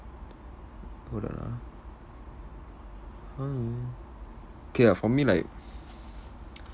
hold on ah hmm okay ah for me like